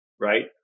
right